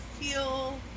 feel